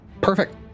Perfect